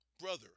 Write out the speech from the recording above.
brother